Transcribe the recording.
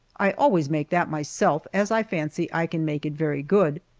i always make that myself, as i fancy i can make it very good,